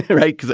right.